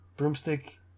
broomstick